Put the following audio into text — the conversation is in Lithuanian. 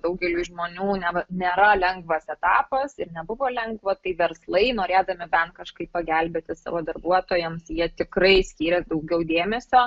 daugeliui žmonių neva nėra lengvas etapas ir nebuvo lengva tai verslai norėdami bent kažkaip pagelbėti savo darbuotojams jie tikrai skyrė daugiau dėmesio